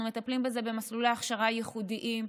אנחנו מטפלים בזה במסלולי הכשרה ייחודיים,